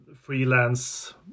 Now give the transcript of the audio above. freelance